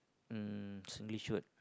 um Singlish word